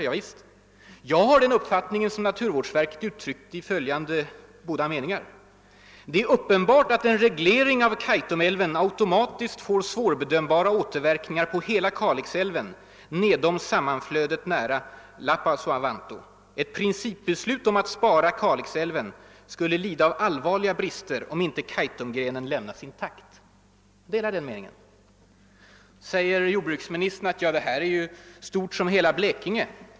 Ja visst — jag har den uppfattning som naturvårdsverket uttryckt i följande båda meningar: »Det är ——— uppenbart att en reglering av Kaitumälven automatiskt får svårbedömda återverkningar på hela Kalixälven nedom sammanflödet nära Lappeasuvanto. Ett principbeslut om att spara Kalixälven skulle lida av all varliga brister om inte Kaitumgrenen lämnas intakt.« Jag delar alltså denna åsikt. Nu säger jordbruksministern att detta område är ju stort som hela Blekinge.